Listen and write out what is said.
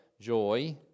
joy